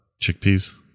chickpeas